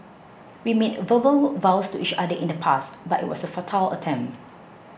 we made verbal vows to each other in the past but it was a futile attempt